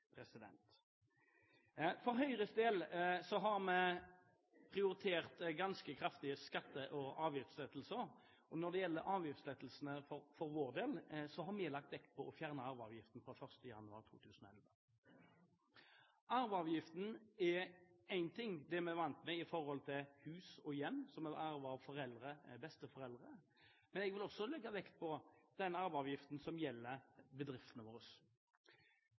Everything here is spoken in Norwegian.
stat. For Høyres del har vi prioritert ganske kraftige skatte- og avgiftslettelser, og når det gjelder avgiftslettelsene, har vi for vår del lagt vekt på å fjerne arveavgiften fra 1. januar 2011. Arveavgiften er én ting – den er vi vant med i forhold til hus og hjem som vi har arvet av foreldre og besteforeldre. Men jeg vil også legge vekt på den arveavgiften som gjelder bedriftene våre.